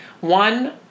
One